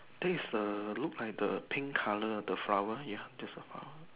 this err look like the pink colour the flower ya that's about